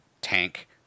tank